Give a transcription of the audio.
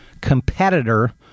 competitor